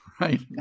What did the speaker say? right